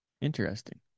Interesting